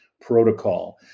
protocol